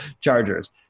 Chargers